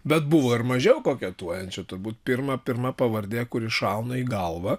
bet buvo ir mažiau koketuojančių turbūt pirma pirma pavardė kuri šauna į galvą